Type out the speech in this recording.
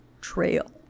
trail